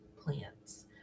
plants